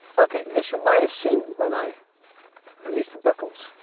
okay, as you might have seen when i released the buckles,